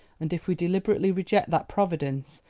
and if we deliberately reject that providence,